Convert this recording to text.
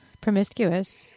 promiscuous